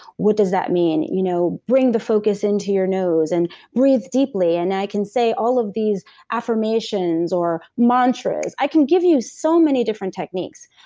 what does that mean? you know bring the focus in to your nose and breathe deeply, and i can say all of these affirmations or mantras. i can give you so many different techniques.